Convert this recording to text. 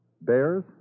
Bears